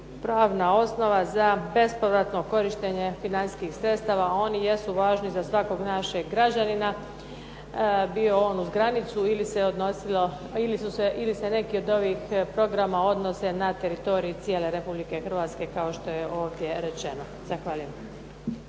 pravna osnova za bespovratno korištenje financijskih sredstava. Oni jesu važni za svakog naše građanina, bio on uz granicu ili se odnosilo, ili se neki od ovih programa odnose na teritorij cijele Republike Hrvatske, kao što je ovdje rečeno. Zahvaljujem.